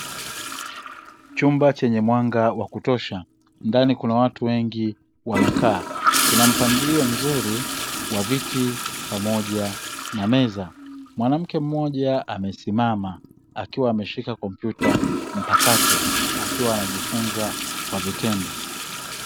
Chumba chenye mwanga wa kutosha ndani kuna watu wengi wamekaa, kuna mpangilio mzuri wa viti pamoja na meza. Mwanamke mmoja amesimama akiwa ameshika kompyuta mpakato akiwa anajifunza kwa vitendo.